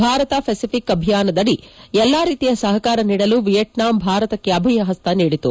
Bharat Pacific ಅಭಿಯಾನದ ಅಡಿ ಎಲ್ಲಾ ರೀತಿಯ ಸಹಕಾರವನ್ನು ನೀಡಲು ವಿಯೆಟ್ನಾಂ ಭಾರತಕ್ಕೆ ಅಭಯಹಸ್ತ ನೀಡಿತು